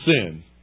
sin